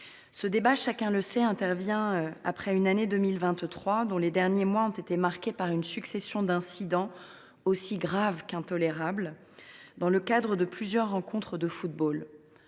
– chacun le sait – après une année 2023 dont les derniers mois ont été marqués par une succession d’incidents aussi graves qu’intolérables, dans le cadre de rencontres de football,